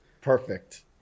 Perfect